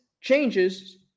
changes